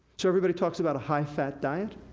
so everybody talks about a high fat diet.